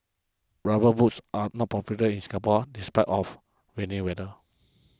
rubber boots are not popular in Singapore despite of rainy weather